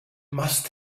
must